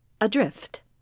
adrift